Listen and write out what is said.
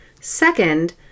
Second